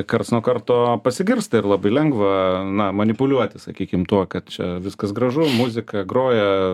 karts nuo karto pasigirsta ir labai lengva na manipuliuoti sakykim tuo kad čia viskas gražu muzika groja